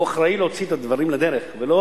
הוא אחראי להוציא את הדברים לדרך ולא